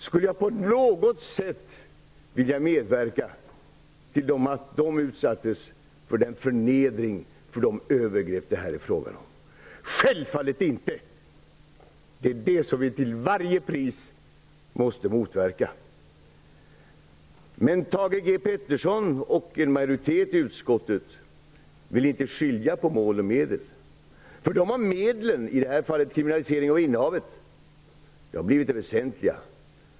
Skulle jag på något sätt vilja medverka till att de utsattes för den förnedring och de övergrepp som det är fråga om? Självfallet inte! Det är detta som vi till varje pris måste motverka. Men Thage G Peterson och en majoritet i utskottet vill inte skilja på mål och medel. För dem har medlet, i det här fallet kriminalisering av innehavet, blivit det väsentliga.